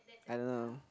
I don't know